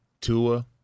Tua